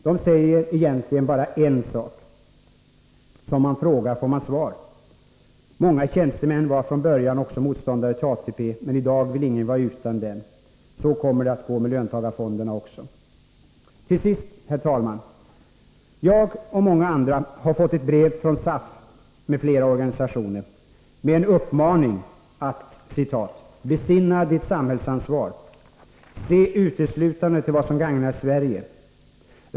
De säger egentligen bara en sak: Som man frågar får man svar. Många tjänstemän var från början också motståndare till ATP, men i dag vill ingen vara utan ATP. Så kommer det att gå med löntagarfonderna också. Till sist, herr talman! Jag och många andra har fått ett brev från SAF m.fl. organisationer med en uppmaning att ”besinna ditt samhällsansvar. Se uteslutande till vad som gagnar Sverige.